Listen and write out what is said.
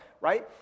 right